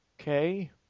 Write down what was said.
okay